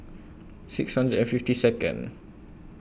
six hundred and fifty Second